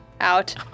out